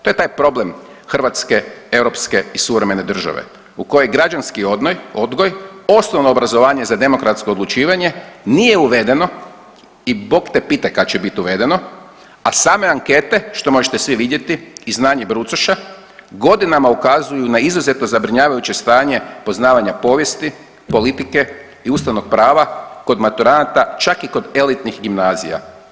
To je taj problem Hrvatske europske i suvremene države u kojoj građanski odgoj, osnovno obrazovanje za demokratsko odlučivanje nije uvedeno i Bog te pitaj kad će biti uvedeno, a same ankete što možete svi vidjeti i znanje brucoša godinama ukazuju na izuzetno zabrinjavajuće stanje poznavanja povijesti, politike i ustavnog prava kod maturanata čak i kod elitnih gimnazija.